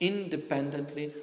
independently